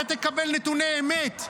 אתה תקבל נתוני אמת.